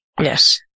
Yes